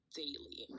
daily